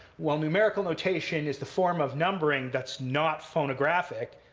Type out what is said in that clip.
well, numerical notation is the form of numbering that's not phonographic.